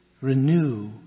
renew